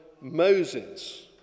Moses